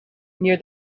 near